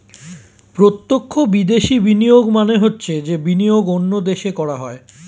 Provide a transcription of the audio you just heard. প্রত্যক্ষ বিদেশি বিনিয়োগ মানে হচ্ছে যে বিনিয়োগ অন্য দেশে করা হয়